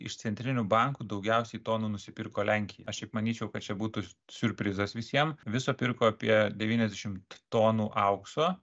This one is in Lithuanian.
iš centrinių bankų daugiausiai tonų nusipirko lenkija aš šiaip manyčiau kad čia būtų siurprizas visiem viso pirko apie devyniasdešimt tonų aukso